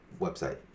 website